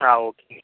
ആ ഓക്കേ